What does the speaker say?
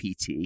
PT